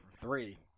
three